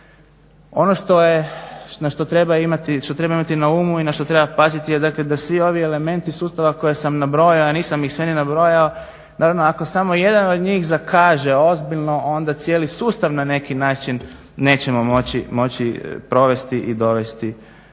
Ono što treba imati na umu i na što treba paziti je da svi ovi elementi sustava koje sam nabrojao, a nisam ih sve ni nabrojao, naravno ako samo jedan od njih zakaže ozbiljno onda cijeli sustav na neki način nećemo moći provesti i dovesti